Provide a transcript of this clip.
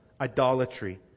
idolatry